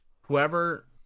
Whoever